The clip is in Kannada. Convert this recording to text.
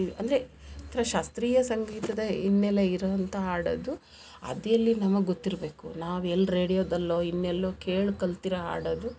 ಅಂದರೆ ಒಂಥರ ಶಾಸ್ತ್ರೀಯ ಸಂಗೀತದ ಹಿನ್ನೆಲೆ ಇರುವಂಥಾ ಹಾಡದು ಅದೆಲ್ಲಿ ನಮಗೆ ಗೊತ್ತಿರಬೇಕು ನಾವು ಎಲ್ಲಿ ರೇಡಿಯೋದಲ್ಲೋ ಇನ್ನೆಲ್ಲೋ ಕೇಳಿ ಕಲ್ತಿರೊ ಹಾಡದು